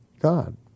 God